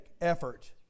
effort